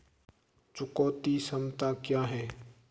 चुकौती क्षमता क्या है?